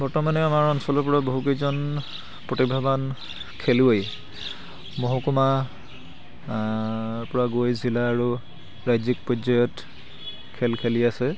বৰ্তমানেও আমাৰ অঞ্চলৰপৰা বহুকেইজন প্ৰতিভাৱান খেলুৱৈ মহকুমা পৰা গৈ জিলা আৰু ৰাজ্যিক পৰ্যায়ত খেল খেলি আছে